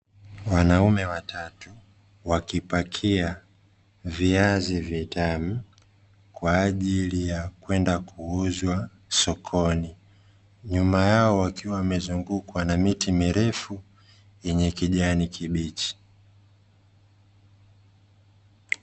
Wanaume watatu wakipakia viazi vitamu kwa ajili ya kwenda kuuzwa sokoni, nyuma yao wakiwa wamezungukwa na miti mirefu yenye kijani kibichi.